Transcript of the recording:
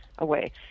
Away